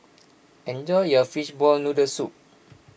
enjoy your Fishball Noodle Soup